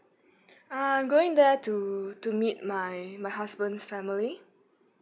uh I'm going there to to meet my my husband's family